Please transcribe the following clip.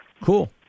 cool